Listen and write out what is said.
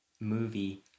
movie